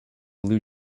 blue